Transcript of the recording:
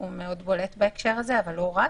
- מאוד בולט בעניין הזה, אבל לא רק